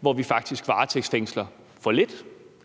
hvor vi faktisk varetægtsfængsler for lidt,